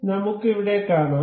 അതിനാൽ നമുക്ക് ഇവിടെ കാണാം